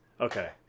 Okay